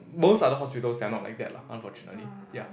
most other hospitals they are not like that lah unfortunately ya